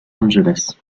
angeles